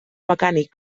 mecànic